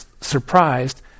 surprised